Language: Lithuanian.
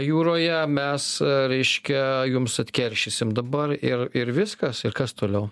jūroje mes reiškia jums atkeršysim dabar ir ir viskas ir kas toliau